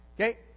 Okay